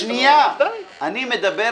שנייה, אני לא אאשר